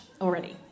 already